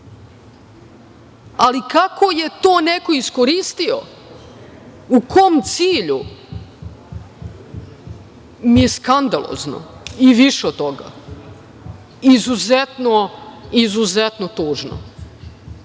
kako je to neko iskoristio, u kom cilju, mi je skandalozno, i više od toga. Izuzetno tužno.